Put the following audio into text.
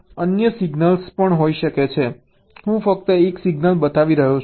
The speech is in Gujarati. અન્ય સિગ્નલ્સ પણ હોઈ શકે છે હું ફક્ત એક સિગ્નલ બતાવી રહ્યો છું